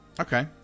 Okay